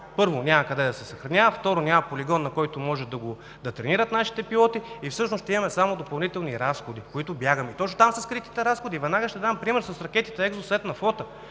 първо, няма къде да се съхранява, второ, няма полигон, на който може да тренират нашите пилоти и всъщност ще имаме само допълнителни разходи, от които бягаме – точно там са скритите разходи. Веднага ще дам пример с ракетите „Евросеть“ на флота,